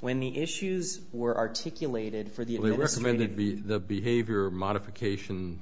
when the issues were articulated for the were submitted be the behavior modification